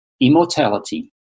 immortality